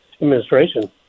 administration